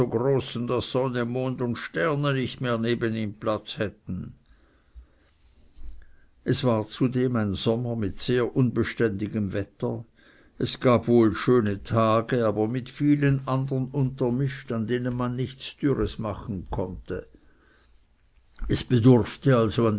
mond und sterne nicht mehr neben ihm platz hätten es war zudem ein sommer mit sehr unbeständigem wetter es gab wohl schöne tage aber mit vielen andern untermischt an denen man nichts dürres machen konnte es bedurfte also